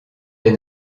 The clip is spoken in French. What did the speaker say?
des